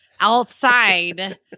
outside